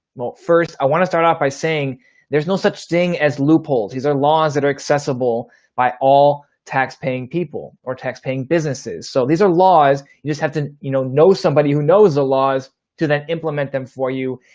well, first i want to start off by saying there's no such thing as loopholes. these are laws that are accessible by all tax paying people or tax paying businesses. so these are laws. you just have to you know know somebody who knows the laws to then implement them for you,